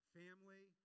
family